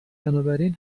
بنابراین